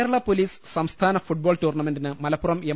Kerala police സംസ്ഥാന football ടൂർണ്ണമെന്റിന് Malappuram M